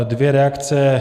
Dvě reakce.